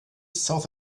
south